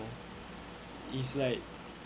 it's like